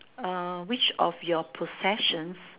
uh which of your professions